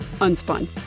Unspun